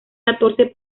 catorce